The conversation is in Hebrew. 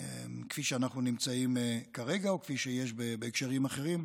כפי שאנחנו נמצאים כרגע או כפי שיש בהקשרים אחרים,